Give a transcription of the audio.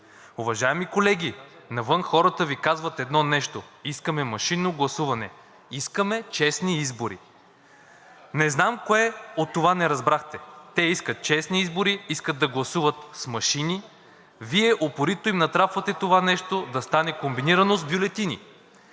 Уважаеми колеги, навън хората Ви казват едно нещо – искаме машинно гласуване, искаме честни избори. Не знам кое от това не разбрахте. Те искат честни избори, искат да гласуват с машини. Вие упорито им натрапвате това нещо да стане комбинирано с бюлетини.